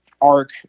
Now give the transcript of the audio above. arc